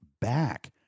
back